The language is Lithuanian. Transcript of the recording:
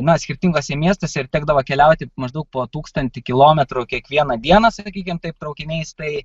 na skirtinguose miestuose ir tekdavo keliauti maždaug po tūkstantį kilometrų kiekvieną dieną sakykim taip traukiniais tai